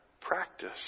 practice